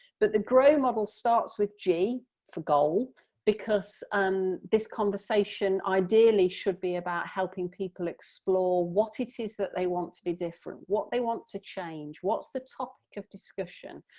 but the grow model starts with g for goal because um this conversation ideally should be about helping people explore what it is that they want to be different, what they want to change, what's the topic of discussion.